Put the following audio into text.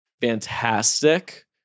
Fantastic